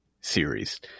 series